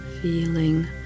Feeling